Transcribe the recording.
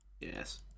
yes